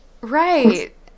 right